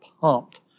pumped